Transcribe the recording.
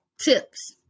tips